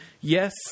Yes